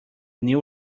new